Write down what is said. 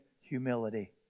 humility